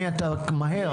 בבקשה.